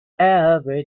every